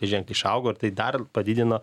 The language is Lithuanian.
ženkliai išaugo ir tai dar padidino